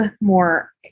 more